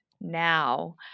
now